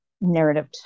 narrative